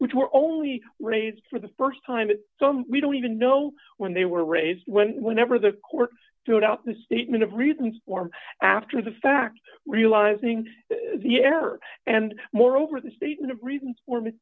which were only raised for the st time in some we don't even know when they were raised when whenever the court to add up the statement of reasons or after the fact realizing the error and moreover the statement of reasons for me